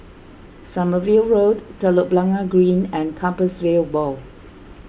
Sommerville Road Telok Blangah Green and Compassvale Bow